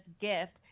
gift